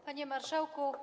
Panie Marszałku!